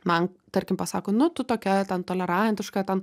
man tarkim pasako nu tu tokia ten tolerantiška ten